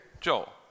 Joel